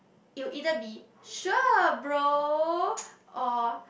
it will either be sure bro or